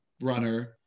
runner